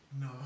No